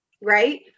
right